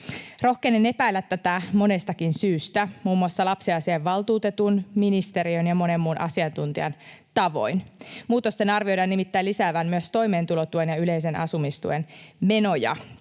Rohkenen epäillä tätä monestakin syystä muun muassa lapsiasiainvaltuutetun, ministeriön ja monen muun asiantuntijan tavoin. Muutosten arvioidaan nimittäin lisäävän myös toimeentulotuen ja yleisen asumistuen menoja.